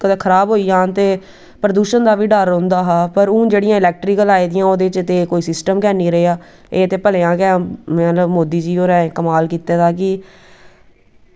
कदै खराव होई जाह्न ते प्रदूशन दा बी डर रौंह्दा हा पर हून जेह्ड़ियां इलैक्टरिकल आई दियां उं'दे च कोई सिस्टम गै निं रेहा एह् ते भलेआं गै मतलब मोदी होरें कमाल कीते दा कि